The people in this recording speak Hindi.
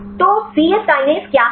तो सी यस कीनेस क्या है